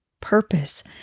Purpose